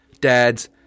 dads